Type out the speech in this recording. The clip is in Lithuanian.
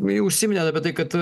jau užsiminėt apie tai kad